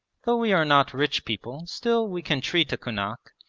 though we are not rich people still we can treat a kunak,